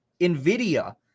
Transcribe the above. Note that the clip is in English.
NVIDIA